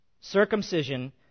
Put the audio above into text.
Circumcision